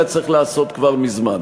היה צריך לעשות כבר מזמן.